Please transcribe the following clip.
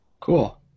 Cool